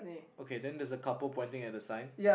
okay then there's a couple pointing at the sign